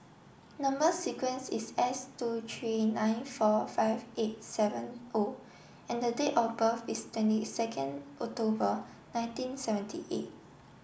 number sequence is S two three nine four five eight seven O and the date of birth is twenty second October nineteen seventy eight